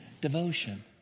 devotion